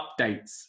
updates